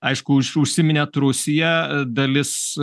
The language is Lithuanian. aišku už užsiminėt rusija dalis